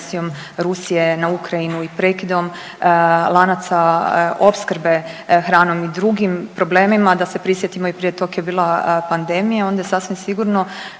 Rusije na Ukrajinu i prekidom lanaca opskrbe hranom i drugim problemima da se prisjetimo i prije tog je bila pandemija onda sasvim sigurno